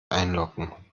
einloggen